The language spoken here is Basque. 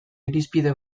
irizpide